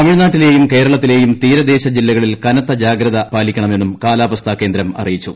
തമിഴ് നാട്ടിലെയും കേരളത്തിലെയും തീരദേശ ജില്ലകളിൽ കനത്ത ജാഗ്രത പാലിക്കണമെന്നും കാലാവസ്ഥാ കേന്ദ്രം അറിയിച്ചു